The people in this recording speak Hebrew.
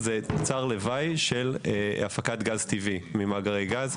שהוא תוצר לוואי של הפקת גז טבעי ממאגרי גז,